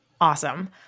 Awesome